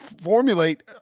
formulate